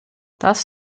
das